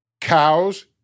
cows